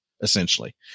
essentially